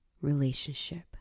relationship